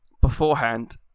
beforehand